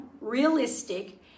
realistic